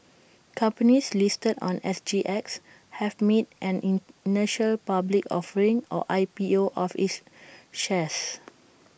companies listed on S G X have made an initial public offering or I P O of its shares